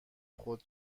خود